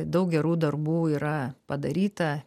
daug gerų darbų yra padaryta